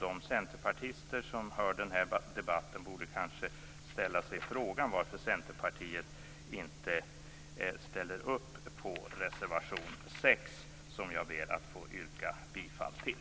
De centerpartister som lyssnar till den här debatten borde kanske ställa sig frågan varför Centerpartiet inte ställer upp på reservation nr 6, som jag härmed vill yrka bifall till.